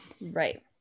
Right